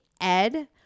Ed